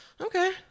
Okay